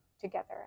together